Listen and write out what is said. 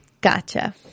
gotcha